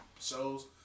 shows